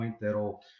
that'll